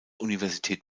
universität